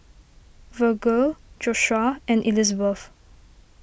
Vergil Joshuah and Elizabeth